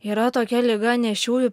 yra tokia liga nėščiųjų